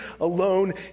alone